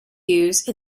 use